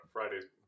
Friday's